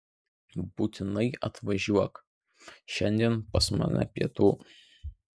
būtinai atvažiuok šiandien pas mane pietų